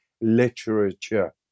literature